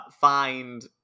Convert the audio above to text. find